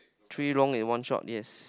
three long and one short yes